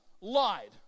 lied